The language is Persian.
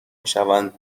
میشوند